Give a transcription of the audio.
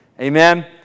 amen